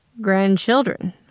Grandchildren